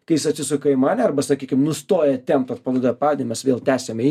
kai jis atsisuka į mane arba sakykim nustoja tempt atpalaiduoja pavadį mes vėl tęsiam ėj